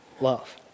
love